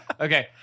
Okay